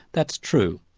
that's true.